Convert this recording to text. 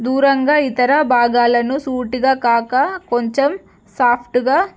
దూరంగా ఇతర భాగాలను సూటిగా కాక కొంచెం సాఫ్ట్గా